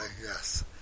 yes